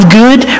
good